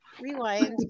Rewind